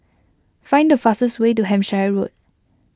find the fastest way to Hampshire Road